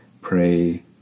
pray